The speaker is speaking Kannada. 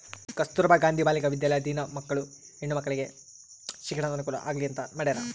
ಕಸ್ತುರ್ಭ ಗಾಂಧಿ ಬಾಲಿಕ ವಿದ್ಯಾಲಯ ದಿನ ಹೆಣ್ಣು ಮಕ್ಕಳಿಗೆ ಶಿಕ್ಷಣದ ಅನುಕುಲ ಆಗ್ಲಿ ಅಂತ ಮಾಡ್ಯರ